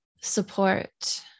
support